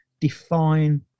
define